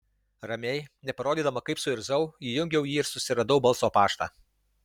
ramiai neparodydama kaip suirzau įjungiau jį ir susiradau balso paštą